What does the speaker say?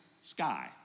sky